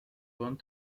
one